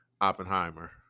Oppenheimer